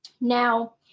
Now